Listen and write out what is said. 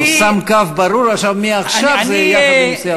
הוא שם קו ברור: מעכשיו זה יהיה יחד עם סיעת מרצ.